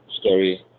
story